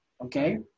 Okay